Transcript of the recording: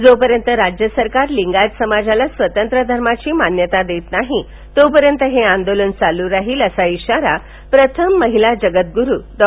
जो पर्यंत राज्य सरकर लिंगायत समाजाला स्वतंत्र धर्माची मान्यता देत नाही तोपर्यंत हे आंदोलन सुरु राहील असा इशारा प्रथम महिला जगतगुरू डॉ